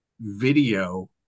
video